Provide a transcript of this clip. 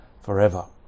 forever